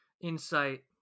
insight